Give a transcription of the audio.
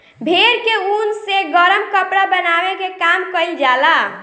भेड़ के ऊन से गरम कपड़ा बनावे के काम कईल जाला